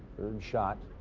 third shot.